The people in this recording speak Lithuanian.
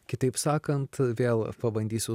kitaip sakant vėl pabandysiu